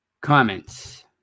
comments